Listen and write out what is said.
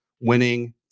winning